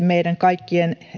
meidän kaikkien